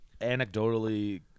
anecdotally